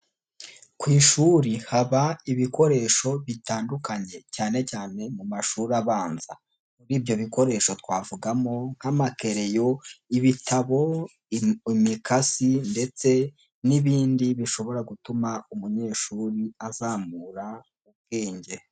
Ku ishuri haba ibikoresho bitandukanye cyane cyane mu mashuri abanza, muri ibyo bikoresho twavugamo nk'amakereyo, ibitabo, imikasi ndetse n'ibindi bishobora gutuma umunyeshuri azamura ubwenge.